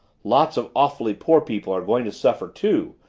lots of awfully poor people are going to suffer, too,